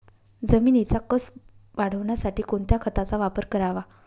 जमिनीचा कसं वाढवण्यासाठी कोणत्या खताचा वापर करावा?